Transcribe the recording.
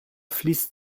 fließt